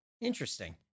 interesting